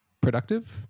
productive